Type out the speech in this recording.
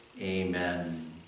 Amen